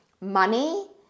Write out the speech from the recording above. money